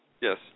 Yes